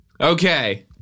Okay